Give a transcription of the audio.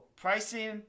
pricing